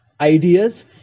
ideas